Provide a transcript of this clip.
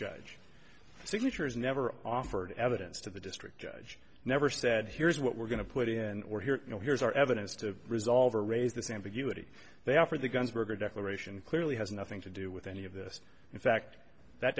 judge signature is never offered evidence to the district judge never said here's what we're going to put in or here you know here's our evidence to resolve or raise the same for you woody they offered the guns were declaration clearly has nothing to do with any of this in fact that